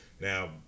Now